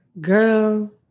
girl